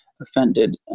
offended